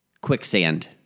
Quicksand